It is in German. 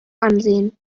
ansehen